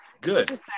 Good